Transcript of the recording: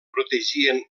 protegien